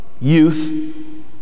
youth